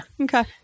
Okay